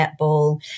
netball